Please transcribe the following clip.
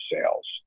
sales